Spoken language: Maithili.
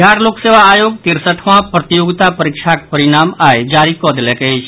बिहार लोक सेवा आयोग तिरसठवां प्रतियोगिता परीक्षाक परिणाम आई जारी कऽ देलक अछि